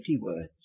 words